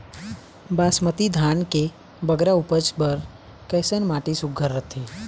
बासमती धान के बगरा उपज बर कैसन माटी सुघ्घर रथे?